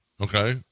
okay